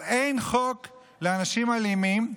אבל אין חוק לאנשים אלימים,